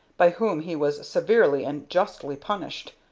by whom he was severely and justly punished.